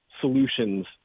solutions